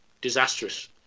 disastrous